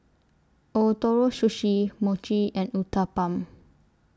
Ootoro Sushi Mochi and Uthapam